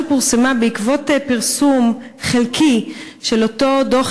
שפורסמה בעקבות פרסום חלקי של אותו דוח